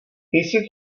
jsi